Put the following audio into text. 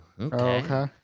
Okay